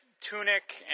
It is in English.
tunic